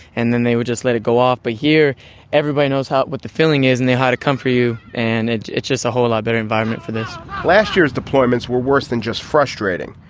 and then they would just let it go off. but here everybody knows ah what the feeling is and they had to come for you. and and it's just a whole lot better environment for this last year's deployments were worse than just frustrating.